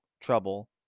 trouble